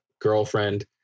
girlfriend